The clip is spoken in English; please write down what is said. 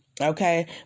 Okay